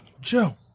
Joe